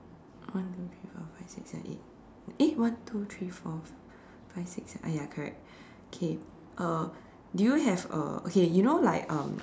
one two three four five six seven eight eh one two three four five six seven uh ya correct okay uh do you have uh okay you know like um